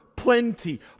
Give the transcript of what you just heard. Plenty